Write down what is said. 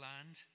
Land